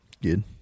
Good